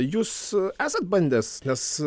jūs esat bandęs nes